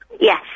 Yes